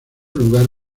lugar